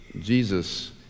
Jesus